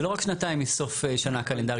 זה לא רק שנתיים מסוף שנה קלנדרית.